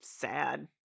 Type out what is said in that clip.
sad